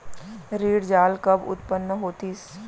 ऋण जाल कब उत्पन्न होतिस?